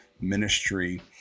ministry